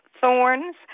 Thorns